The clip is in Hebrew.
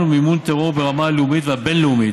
ובמימון טרור ברמה הלאומית והבין-לאומית.